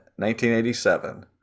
1987